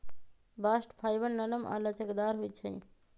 bast fibre नरम आऽ लचकदार होइ छइ